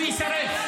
הוא יישרף.